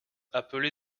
appelé